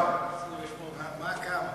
28%. מה כמה?